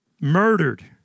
murdered